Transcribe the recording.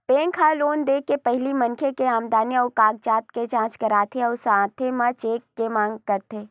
bank ह loan दे के पहिली मनखे के आमदनी अउ कागजात के जाँच करथे अउ साथे म चेक के मांग करथे